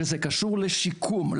שזה קשור לשיקום,